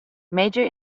major